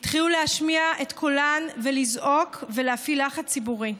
התחילו להשמיע את קולן ולזעוק ולהפעיל לחץ ציבורי.